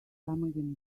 remagen